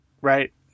Right